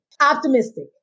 Optimistic